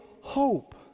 hope